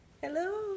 Hello